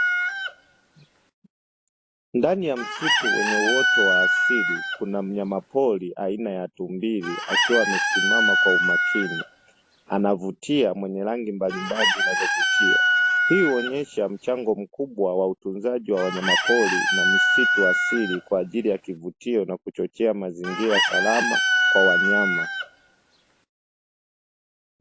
Ndani ya msitu wenye uoto wa asili, kuna mnyamapori aina ya tumbili, akiwa amesimama kwa umakini. Anavutia, mwenye rangi mbalimbali zinazovutia. Hii huonyesha mchango mkubwa wa utunzaji wa wanyamapori na misitu ya asili kwa ajili ya kivutio na kuchochea mazingira salama kwa wanyama.